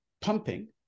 pumping